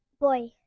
Boy